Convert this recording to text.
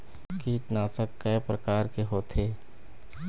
कीटनाशक कय प्रकार के होथे?